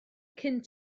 cyn